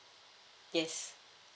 yes